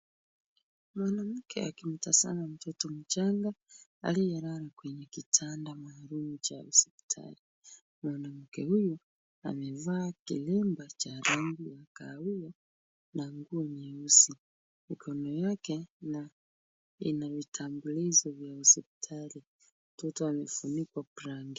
Mwanamke akimtazama mtoto mchanga aliyelala kwenye kitanda maalum cha hospitali. Mwanamke huyu amevaa kilemba cha rangi ya kahawia na nguo nyeusi. Mikono yake ina vitambulishi vya hospitali. Mtoto amefunikwa blanketi.